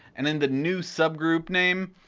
and in the new subgroup name,